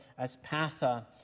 Aspatha